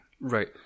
Right